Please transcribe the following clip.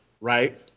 right